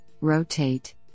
rotate